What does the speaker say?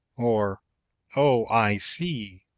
or oh, i see,